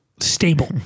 stable